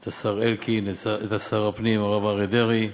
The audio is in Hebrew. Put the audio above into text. את השר אלקין, את שר הפנים הרב אריה דרעי,